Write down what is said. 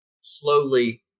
slowly